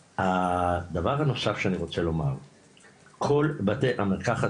הדבר הנוסף שאני רוצה לומר כל בתי המרקחת